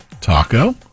Taco